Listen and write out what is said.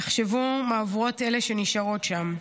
תחשבו מה עוברות אלה שנשארו שם.